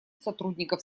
сотрудников